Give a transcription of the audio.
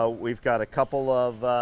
ah we've got a couple of,